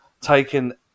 taken